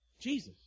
Jesus